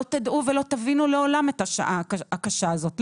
תדעו ולא תבינו לעולם את השעה הקשה הזאת,